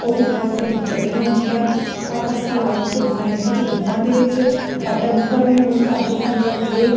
ਉਹ ਵੀ ਬਹੁਤ ਸਾਰੀ ਵਧੀਆ ਆਉਂਦੀ ਆ ਆਪਾਂ ਸਿਲਾਈ ਅਤੇ ਬੁਣਾਈ ਦੇ ਵਿੱਚ ਦੋਵਾਂ ਦੇ ਵਿੱਚ ਬਟਨਸ ਦਾ ਵੀ ਯੂਜ ਕਰਦੇ ਹੈਗੇ ਹਾਂ ਜਿਹੜੇ